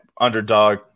underdog